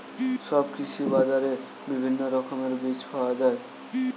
সব কৃষি বাজারে বিভিন্ন রকমের বীজ পাওয়া যায়